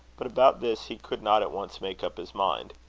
but about this he could not at once make up his mind.